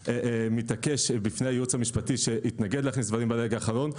מתעקש בפני הייעוץ המשפטי שהתנגד להכניס דברים ברגע האחרון,